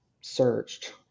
searched